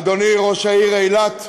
אדוני ראש העיר אילת,